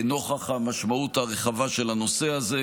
נוכח המשמעות הרחבה של הנושא הזה.